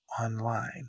online